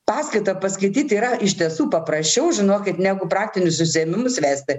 paskaitą paskaityt yra iš tiesų paprasčiau žinokit negu praktinius užsiėmimus vesti